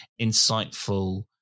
insightful